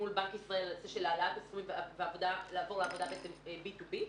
מול בנק ישראל לעבור לעבוד על בי טו בי.